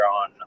on